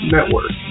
Network